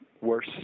worse